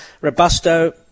Robusto